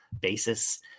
basis